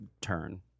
turn